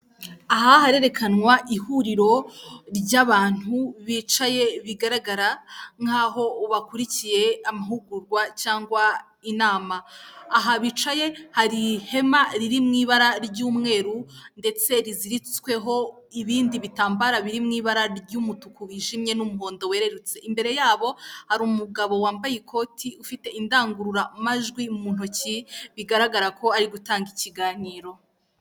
Aha harerekanwa ihuriro ry'abantu bicaye bigaragara nk'aho bakurikiye amahugurwa cyangwa inama. Aha bicaye hari ihema riri mu ibara ry'umweru ndetse riziritsweho ibindi bitambararo biri mu ibara ry'umutuku wijimye n'umuhondo wererutse, imbere yabo hari umugabo wambaye ikoti ufite indangururamajwi mu ntoki, bigaragara ko ari gutanga ikiganiro.